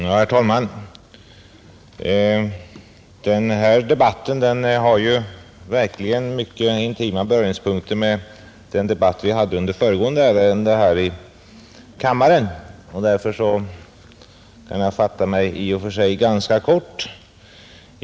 Herr talman! Den debatt vi nu för har mycket intima beröringspunkter med den debatt vi hade om föregående ärende, och jag kan därför fatta mig ganska kort.